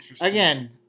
Again